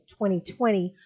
2020